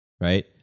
right